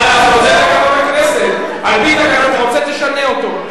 מה לעשות, זה תקנון הכנסת, אתה רוצה, תשנה אותו.